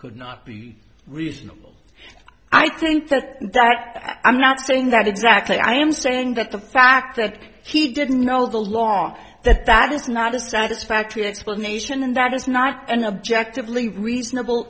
could not be reasonable i think that i'm not saying that exactly i am saying that the fact that he didn't know the law that that is not a satisfactory explanation and that is not an objective lee reasonable